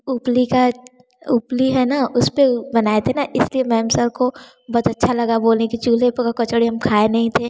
उपली का उपली है न उसपे बनाए थे न इसलिए मैम सर को बहुत अच्छा लगा बोले कि चूल्हे पर का कचौड़ी हम खाए नहीं थे